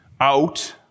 out